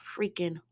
freaking